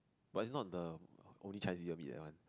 but it's not the only Chinese you will be that one